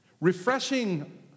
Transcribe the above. refreshing